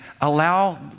allow